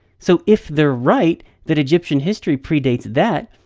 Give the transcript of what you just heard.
so if they're right, that egyptian history predates that,